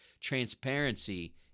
Transparency